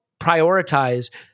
prioritize